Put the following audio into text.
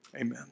Amen